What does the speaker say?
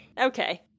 Okay